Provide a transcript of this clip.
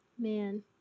man